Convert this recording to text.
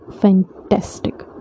fantastic